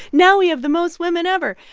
now we have the most women ever.